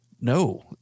No